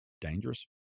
Dangerous